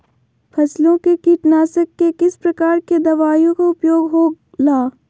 फसलों के कीटनाशक के किस प्रकार के दवाइयों का उपयोग हो ला?